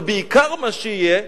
אבל בעיקר מה שיהיה,